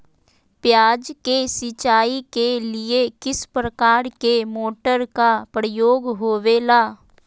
प्याज के सिंचाई के लिए किस प्रकार के मोटर का प्रयोग होवेला?